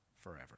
forever